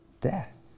death